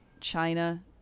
China